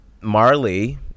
Marley